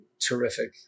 terrific